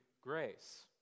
grace